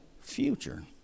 future